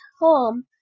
home